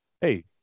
hey